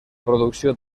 producció